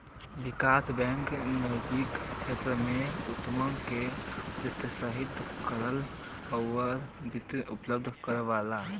विकास bank निजी क्षेत्र में उद्यमों के प्रोत्साहित करला आउर वित्त उपलब्ध करावला